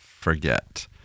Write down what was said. forget